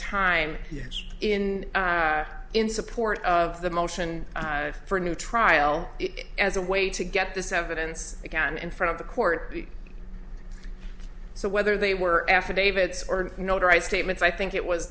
time in in support of the motion for a new trial as a way to get this evidence again in front of the court so whether they were affidavits or notarized statements i think it was